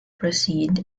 proceed